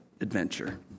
adventure